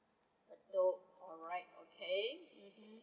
bedok alright okay mmhmm